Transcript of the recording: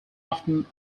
often